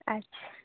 ᱟᱪᱪᱷᱟ